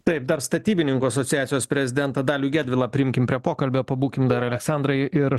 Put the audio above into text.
taip dar statybininkų asociacijos prezidentą dalių gedvilą priimkim prie pokalbio pabūkim dar aleksandrai ir